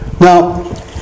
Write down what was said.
Now